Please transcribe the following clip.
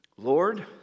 lord